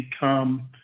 become